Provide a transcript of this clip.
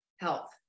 Health